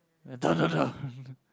and